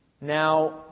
Now